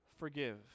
Forgive